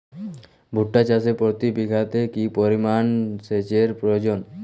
ভুট্টা চাষে প্রতি বিঘাতে কি পরিমান সেচের প্রয়োজন?